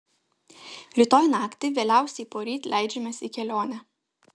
rytoj naktį vėliausiai poryt leidžiamės į kelionę